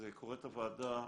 קוראת הוועדה